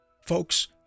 Folks